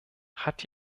hat